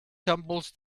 tumbles